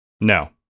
No